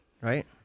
right